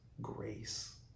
grace